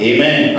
Amen